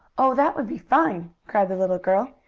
oh, that would be fine! cried the little girl.